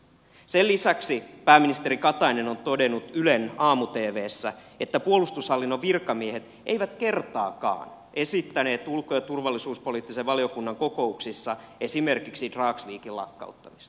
sen lisäksi pääministeri katainen on todennut ylen aamu tvssä että puolustushallinnon virkamiehet eivät kertaakaan esittäneet ulko ja turvallisuuspoliittisen valiokunnan kokouksissa esimerkiksi dragsvikin lakkauttamista